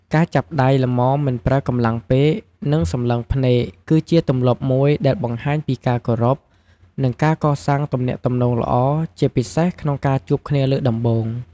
ការចាប់ដៃ ល្មមមិនប្រើកម្លាំងពេក និងសម្លឹងភ្នែក គឺជាទម្លាប់មួយដែលបង្ហាញពីការគោរព និងការកសាងទំនាក់ទំនងល្អ ជាពិសេសក្នុងការជួបគ្នាលើកដំបូង។